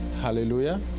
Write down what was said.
hallelujah